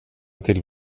till